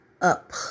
up